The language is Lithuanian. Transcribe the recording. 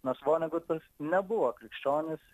nors vonegutas nebuvo krikščionis